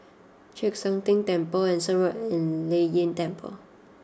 Chek Sian Tng Temple Anson Road and Lei Yin Temple